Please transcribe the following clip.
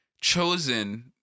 chosen